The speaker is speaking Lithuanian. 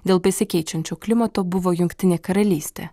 dėl besikeičiančio klimato buvo jungtinė karalystė